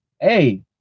Hey